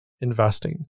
investing